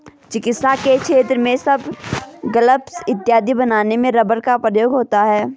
चिकित्सा के क्षेत्र में ग्लब्स इत्यादि बनाने में रबर का प्रयोग होता है